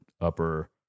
upper